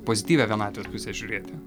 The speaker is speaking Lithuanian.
pozityvią vienatvės pusę žiūrėti